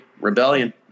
Rebellion